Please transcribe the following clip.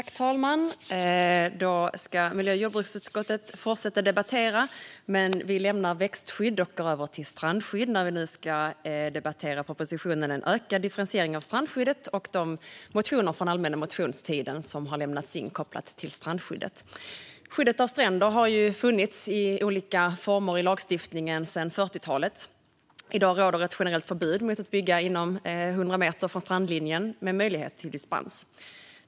Fru talman! Miljö och jordbruksutskottet ska fortsätta debattera. Men vi lämnar växtskydd och går över till strandskydd när vi nu ska debattera propositionen En ökad differentiering av strandskyddet och de motioner om strandskyddet som har lämnats in under den allmänna motionstiden. Skyddet av stränder har funnits i olika former i lagstiftningen sedan 40-talet. I dag råder ett generellt förbud mot att bygga inom 100 meter från strandlinjen, med möjlighet till dispens.